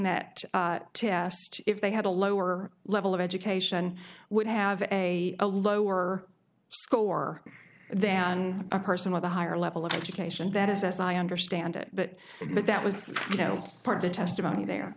that test if they had a lower level of education would have a a lower score than a person with a higher level of education that is as i understand it but but that was you know part of the testimony